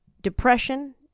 Depression